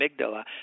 amygdala